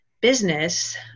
business